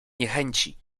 niechęci